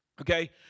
okay